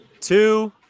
two